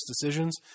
decisions